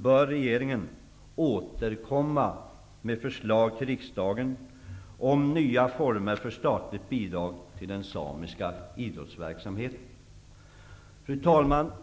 bör regeringen återkomma med förslag till riksdagen om nya former för statligt bidrag till den samiska idrottsverksamheten. Fru talman!